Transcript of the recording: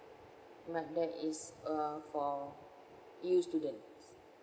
m~ there is uh for new students